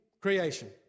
creation